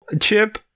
Chip